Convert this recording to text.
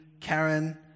Karen